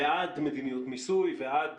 ועד מדיניות מיסוי ועד